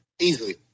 easily